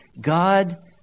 God